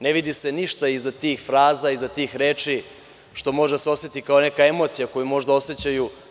Ne vidi se ništa iza tih fraza, iza tih reči što može da se oseti kao neka emocija koju možda osećaju.